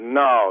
no